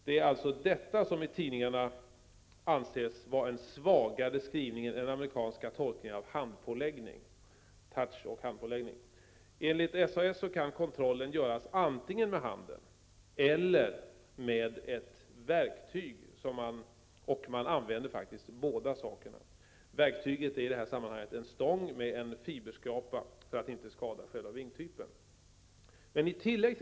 Det är detta som i tidningarna anses vara en svagare skrivning än den amerikanska tolkningen av touch och handpåläggning. Enligt SAS kan kontrollen göras antingen med handen eller med ett verktyg. Man använder båda metoderna. Som verktyg använder man en stång med fiberskrapa för att inte skada själva vingen.